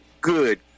good